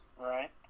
Right